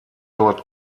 dort